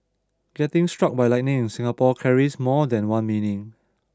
getting struck by lightning in Singapore carries more than one meaning